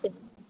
சரி